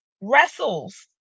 wrestles